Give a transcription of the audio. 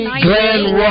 Glenn